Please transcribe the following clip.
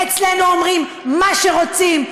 אצלנו אומרים מה שרוצים,